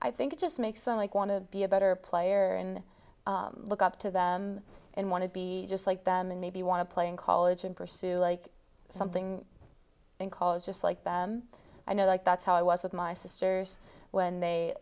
i think it just makes them like want to be a better player in look up to them and want to be just like them and maybe want to play in college and pursue like something in college just like i know like that's how i was with my sisters when they